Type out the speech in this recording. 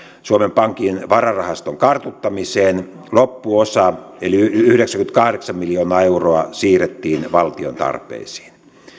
suomen pankin vararahaston kartuttamiseen loppuosa eli yhdeksänkymmentäkahdeksan miljoonaa euroa siirrettiin valtion tarpeisiin